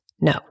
No